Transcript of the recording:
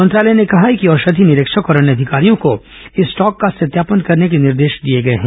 मंत्रालय ने कहा है कि औषधि निरीक्षक और अन्य अधिकारियों को स्टॉक का सत्यापन करने के निर्देश दिए गए हैं